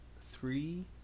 Three